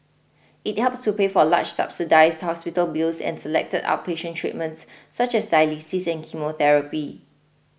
it helps to pay for large subsidised hospital bills and selected outpatient treatments such as dialysis and chemotherapy